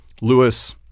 Lewis